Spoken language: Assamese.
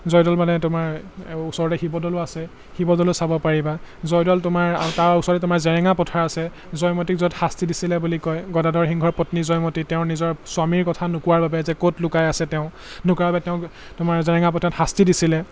জয়দৌল মানে তোমাৰ ওচৰতে শিৱদৌলো আছে শিৱদৌলো চাব পাৰিবা জয়দৌল তোমাৰ তাৰ ওচৰতে তোমাৰ জেৰেঙা পথাৰ আছে জয়মতীক য'ত শাস্তি দিছিলে বুলি কয় গদাধৰ সিংহৰ পত্নী জয়মতী তেওঁৰ নিজৰ স্বামীৰ কথা নোকোৱাৰ বাবে যে ক'ত লুকাই আছে তেওঁ নোকোৱাৰ বাবে তেওঁক তোমাৰ জেৰেঙা পথাৰত শাস্তি দিছিলে